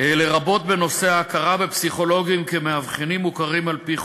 לרבות בנושא ההכרה בפסיכולוגים כמאבחנים מוכרים על-פי חוק.